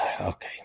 Okay